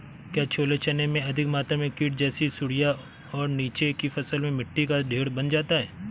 क्या छोले चने में अधिक मात्रा में कीट जैसी सुड़ियां और नीचे की फसल में मिट्टी का ढेर बन जाता है?